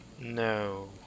No